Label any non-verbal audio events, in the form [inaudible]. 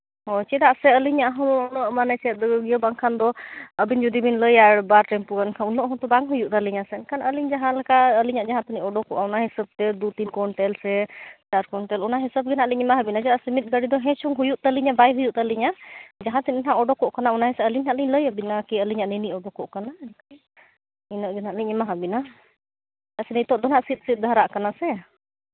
ᱦᱳᱭ ᱪᱮᱫᱟᱜ ᱥᱮ ᱟᱹᱞᱤᱧᱟᱜ ᱦᱚᱸ ᱩᱱᱟᱹᱜ ᱢᱟᱱᱮ ᱪᱮᱫ [unintelligible] ᱵᱟᱝᱠᱷᱟᱱ ᱫᱚ ᱟᱹᱵᱤᱱ ᱡᱩᱫᱤ ᱵᱤᱱ ᱞᱟᱹᱭᱟ ᱵᱟᱨ ᱴᱮᱢᱯᱩᱜᱟᱱ ᱢᱮᱱᱠᱷᱟᱱ ᱩᱱᱟᱹᱜ ᱦᱚᱸᱛᱚ ᱵᱟᱝ ᱦᱩᱭᱩᱜ ᱛᱟᱹᱞᱤᱧᱟ ᱢᱮᱱᱠᱷᱟᱱ ᱟᱹᱞᱤᱧ ᱡᱟᱦᱟᱸ ᱞᱮᱠᱟ ᱟᱹᱞᱤᱧᱟᱜ ᱡᱟᱦᱟᱸ ᱛᱤᱱᱟᱹᱜ ᱩᱰᱩᱠᱚᱜᱼᱟ ᱚᱱᱟ ᱦᱤᱥᱟᱹᱵ ᱛᱮ ᱫᱩ ᱛᱤᱱ ᱠᱩᱱᱴᱮᱞ ᱥᱮ ᱪᱟᱨ ᱠᱩᱱᱴᱮᱞ ᱚᱱᱟ ᱦᱤᱥᱟᱹᱵ ᱜᱮ ᱦᱟᱸᱜ ᱞᱤᱧ ᱮᱢᱟᱵᱤᱱᱟ ᱪᱮᱫᱟᱜ ᱢᱤᱫ ᱜᱟᱹᱰᱤ ᱫᱚ ᱦᱮᱸ ᱪᱚᱝ ᱦᱩᱭᱩᱜ ᱛᱟᱹᱞᱤᱧᱟ ᱵᱟᱭ ᱦᱩᱭᱩᱜ ᱛᱟᱹᱞᱤᱧᱟ ᱡᱟᱦᱟᱸ ᱛᱤᱱᱟᱹᱜ ᱦᱟᱸᱜ ᱩᱰᱩᱠᱚᱜ ᱠᱟᱱᱟ ᱚᱱᱟ ᱟᱹᱞᱤᱧ ᱦᱟᱸᱜ ᱞᱤᱧ ᱞᱟᱹᱭ ᱟᱹᱵᱤᱱᱟ ᱟᱨᱠᱤ ᱟᱹᱞᱤᱧᱟᱜ ᱱᱤᱱᱟᱹᱜ ᱩᱰᱩᱠᱚᱜ ᱠᱟᱱᱟ ᱤᱱᱟᱹᱜ ᱜᱮ ᱦᱟᱸᱜ ᱞᱤᱧ ᱮᱢᱟ ᱟᱹᱵᱤᱱᱟ ᱟᱨ ᱱᱤᱛᱚᱜ ᱫᱚ ᱦᱟᱸᱜ ᱥᱤᱫᱽ ᱥᱤᱫᱽ ᱛᱮ ᱦᱟᱨᱟᱜ ᱠᱟᱱᱟ ᱥᱮ